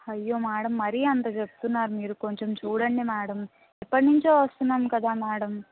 అయ్యో మేడం మరీ అంత చెప్తున్నారు మీరు కొంచెం చూడండి మేడం ఎప్పటి నుంచో వస్తున్నాము కదా మేడం